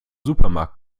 supermarkt